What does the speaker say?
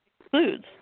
excludes